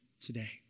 today